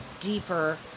deeper